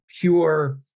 pure